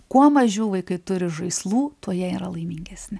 kuo mažiau vaikai turi žaislų tuo jie yra laimingesni